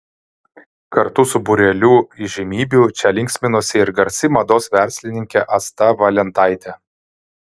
kartu su būreliu įžymybių čia linksminosi ir garsi mados verslininkė asta valentaitė